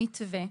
המתווה,